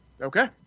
Okay